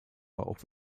auf